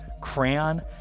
Crayon